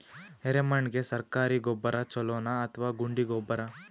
ಎರೆಮಣ್ ಗೆ ಸರ್ಕಾರಿ ಗೊಬ್ಬರ ಛೂಲೊ ನಾ ಅಥವಾ ಗುಂಡಿ ಗೊಬ್ಬರ?